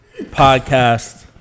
podcast